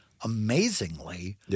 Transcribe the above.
amazingly